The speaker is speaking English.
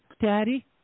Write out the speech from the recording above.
Daddy